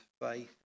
faith